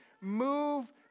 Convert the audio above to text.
move